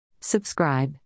Subscribe